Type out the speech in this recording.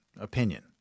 opinion